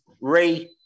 Ray